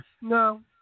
No